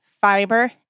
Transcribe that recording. fiber